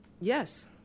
Yes